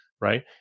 right